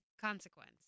consequence